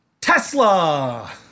Tesla